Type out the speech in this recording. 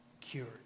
cured